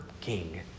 King